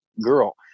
girl